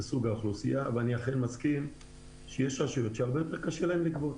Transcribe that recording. אני מסכים שיש רשויות שיותר קשה להן לגבות.